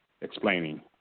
explaining